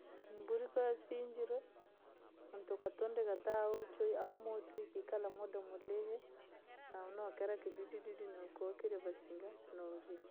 Mburi kaa yasinjirwa, muntu ukatundika taa abumootwi ikaikala muda mulihi, maunokera kidudidudi nokookiria vasinga, nooria.